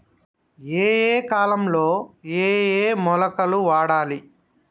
ఏయే కాలంలో ఏయే మొలకలు వాడాలి?